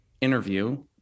interview